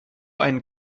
einen